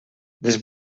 les